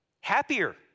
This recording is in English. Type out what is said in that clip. happier